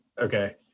Okay